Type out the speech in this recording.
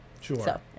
Sure